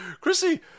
Chrissy